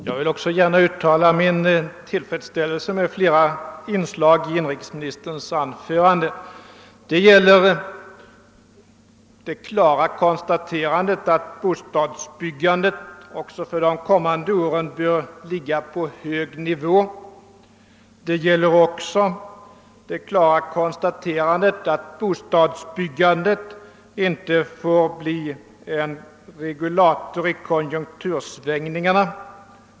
Herr talman! Jag vill gärna uttala min tillfredsställelse över flera inslag i inrikesministerns anförande. Det gäller det klara konstaterandet att bostadsbyggandet även under de kommande åren bör ligga på en hög nivå liksom också att det inte får bli en regulator vid konjunktursvängningar.